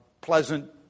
pleasant